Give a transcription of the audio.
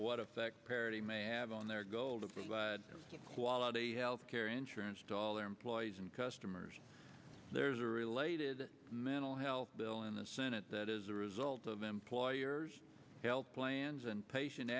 what effect parity may have on their goal to provide good quality health care insurance to all their employees and customers there's a related mental health bill in the senate that is a result of employers health plans and patient